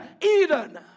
Eden